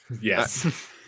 Yes